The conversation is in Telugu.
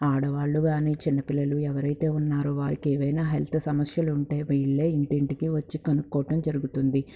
ఆడవాళ్ళు కానీ చిన్నపిల్లలు ఎవరైతే ఉన్నారో వారికే ఏవైన హెల్త్ సమస్యలుంటే వీళ్ళే ఇంటింటికివచ్చి కనుక్కోటం జరుగుతుంది